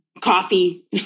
coffee